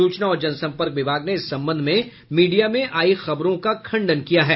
सूचना और जनसंपर्क विभाग ने इस संबंध में मीडिया में आयी खबरों का खंडन किया है